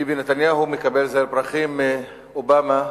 ביבי נתניהו מקבל זר פרחים מאובמה